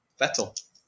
Vettel